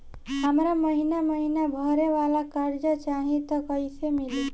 हमरा महिना महीना भरे वाला कर्जा चाही त कईसे मिली?